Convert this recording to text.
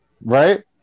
right